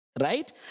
right